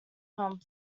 fun